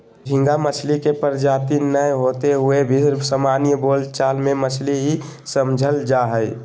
झींगा मछली के प्रजाति नै होते हुए भी सामान्य बोल चाल मे मछली ही समझल जा हई